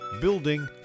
building